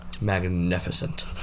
Magnificent